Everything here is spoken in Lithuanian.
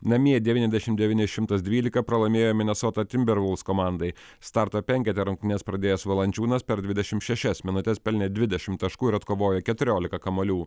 namie devyniasdešimt devyni šimtas dvylika pralaimėjo minesota timbervulfs komandai starto penkete rungtynes pradėjęs valančiūnas per dvidešim šešias minutes pelnė dvidešimt taškų ir atkovojo keturiolika kamuolių